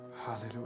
Hallelujah